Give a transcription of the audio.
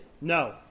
No